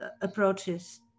approaches